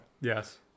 Yes